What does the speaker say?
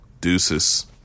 deuces